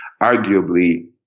arguably